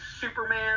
superman